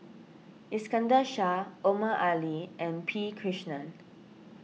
Iskandar Shah Omar Ali and P Krishnan